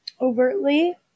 overtly